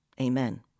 Amen